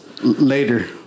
Later